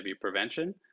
prevention